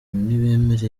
ntibemera